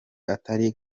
atari